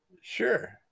sure